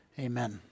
Amen